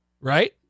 Right